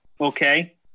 Okay